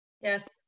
Yes